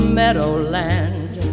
meadowland